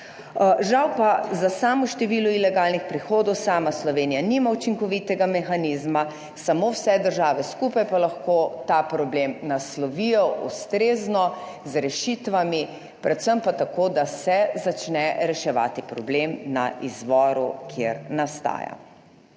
Žal pa za samo število ilegalnih prehodov sama Slovenija nima učinkovitega mehanizma, samo vse države skupaj pa lahko ta problem naslovijo ustrezno z rešitvami, predvsem pa tako, da se začne reševati problem na izvoru kjer nastaja.